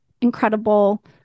incredible